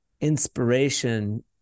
inspiration